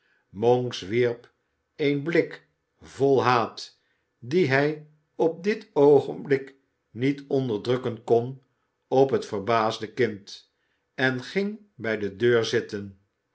monks wierp een blik vol haat dien hij op dit oogenblik niet onderdrukken kon op het verbaasde kind en ging bij de deur zitten